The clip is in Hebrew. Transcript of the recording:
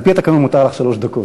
על-פי התקנון מותר לך שלוש דקות,